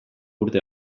urte